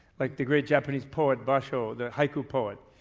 like the great japanese poet basho, the haiku poet,